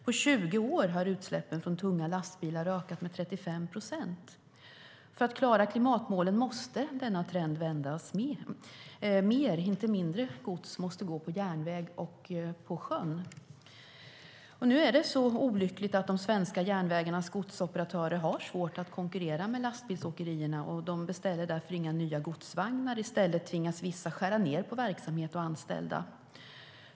På 20 år har utsläppen från tunga lastbilar ökat med 35 procent. För att klara klimatmålen måste denna trend vändas. Mer, inte mindre, gods måste gå på järnväg och på sjön. Nu är det så olyckligt att de svenska järnvägarnas godsoperatörer har svårt att konkurrera med lastbilsåkerierna, och de beställer därför inga nya godsvagnar. I stället tvingas vissa skära ned på verksamhet och anställda.